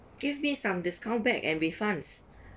give me some discount back and refunds